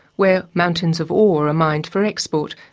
where mountains of ore are mined for export.